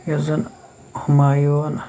یۄس زَن ہُمایوٗن